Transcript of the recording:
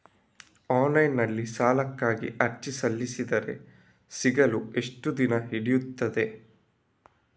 Online ನಲ್ಲಿ ಸಾಲಕ್ಕಾಗಿ ಅರ್ಜಿ ಸಲ್ಲಿಸಿದರೆ ಸಿಗಲು ಎಷ್ಟು ದಿನ ಹಿಡಿಯುತ್ತದೆ?